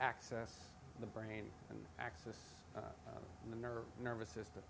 access the brain and access the nerve nervous system